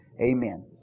Amen